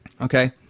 Okay